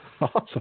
Awesome